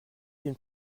d’une